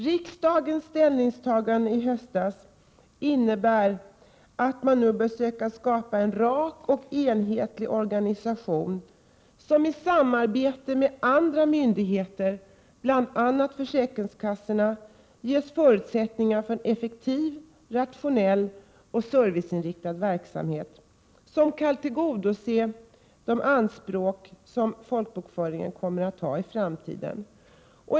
Riksdagens ställningstagande i höstas innebär att man nu bör söka skapa en rak och enhetlig organisation, som i samarbete med andra myndigheter — bl.a. försäkringskassorna — ges förutsättningar för en effektiv, rationell och serviceinriktad verksamhet. Den bör kunna tillgodose de anspråk som folkbokföringen kommer att ha i framtiden.